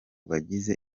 bagize